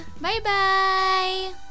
Bye-bye